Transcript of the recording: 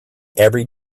every